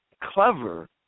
clever